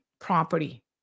property